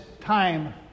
time